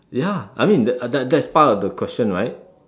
ya I mean that that that's part of the question right